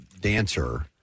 dancer